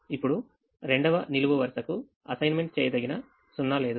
ఇప్పుడు రెండవ నిలువు వరుసకు అసైన్మెంట్ చేయదగిన 0 లేదు